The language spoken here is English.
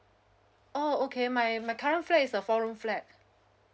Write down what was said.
oh okay my my current flat is a four room flat